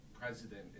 president